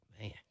man